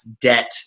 debt